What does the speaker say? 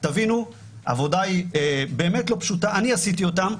תבינו, העבודה היא לא פשוטה, אני עשיתי אותה.